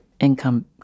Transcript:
income